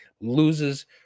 loses